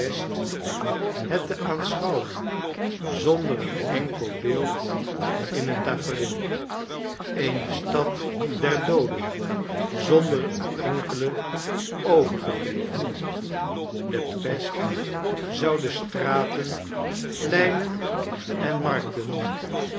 het te aanschouwen zonder een enkel beeld in het tafereel eene stad der dooden zonder een enkelen overgeblevene de pest zou de straten pleinen en markten